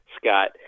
Scott